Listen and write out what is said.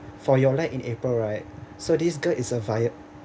for your lie in april right so this girl is a